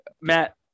Matt